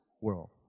world